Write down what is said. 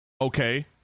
Okay